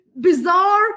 bizarre